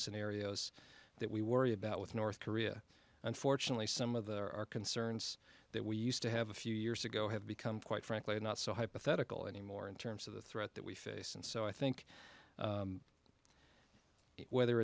scenarios that we worry about with north korea unfortunately some of the our concerns that we used to have a few years ago have become quite frankly not so hypothetical anymore in terms of the threat that we face and so i think whether